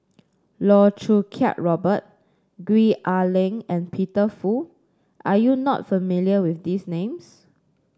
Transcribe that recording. Loh Choo Kiat Robert Gwee Ah Leng and Peter Fu are you not familiar with these names